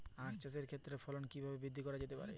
আক চাষের ক্ষেত্রে ফলন কি করে বৃদ্ধি করা যেতে পারে?